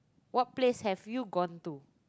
what place have you gone to